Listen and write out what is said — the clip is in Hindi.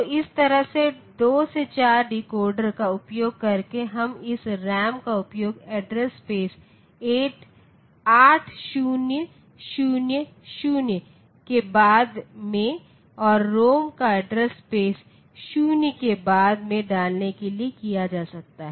तो इस तरह से 2 से 4 डिकोडर का उपयोग करके हम इस रैम का उपयोग एड्रेस स्पेस 8000 के बाद में और ROM को एड्रेस स्पेस 0 के बाद में डालने के लिए किया जा सकता है